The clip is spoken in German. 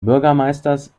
bürgermeisters